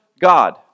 God